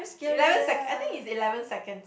eleven sec I think is eleven seconds